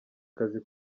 kazi